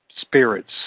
spirits